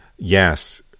Yes